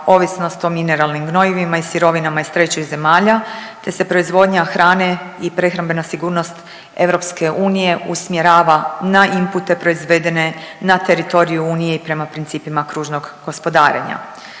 ovisnost o mineralnim gnojivima i sirovinama iz trećih zemalja te se proizvodnja hrane i prehrambena sigurnost EU usmjerava na inpute proizvedene na teritoriju unije i prema principima kružnog gospodarenja.